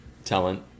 talent